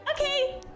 Okay